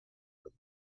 with